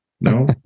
no